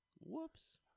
Whoops